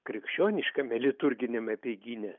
krikščioniškame liturginiame apeigyne